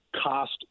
cost